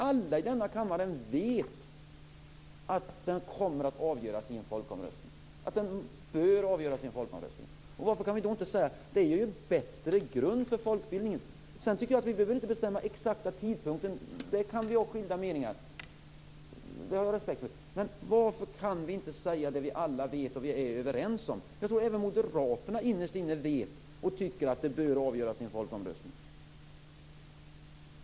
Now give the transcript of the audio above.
Alla i denna kammare vet att frågan kommer att avgöras i en folkomröstning. Den bör avgöras i en folkomröstning. Detta utgör en bättre grund för folkbildningen. Vi behöver inte bestämma den exakta tidpunkten. Där kan vi ha skilda meningar. Det har jag respekt för. Men varför kan vi inte säga det vi alla vet och är överens om? Jag tror att även Moderaterna innerst inne vet och tycker att frågan bör avgöras i en folkomröstning.